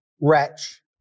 wretch